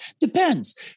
Depends